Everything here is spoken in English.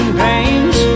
pains